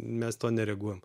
mes to nereaguojam